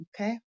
okay